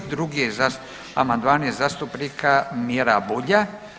Drugi je amandman zastupnika Mira Bulja.